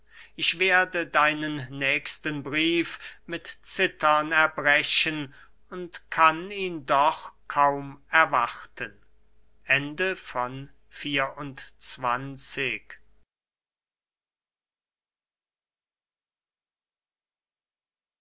ich werde deinen nächsten brief mit zittern erbrechen und kann ihn doch kaum erwarten